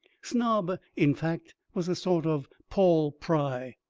snob, in fact, was a sort of paul pry.